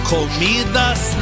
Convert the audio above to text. Comidas